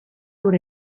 lur